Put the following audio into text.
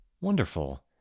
Wonderful